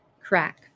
crack